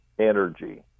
energy